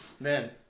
Man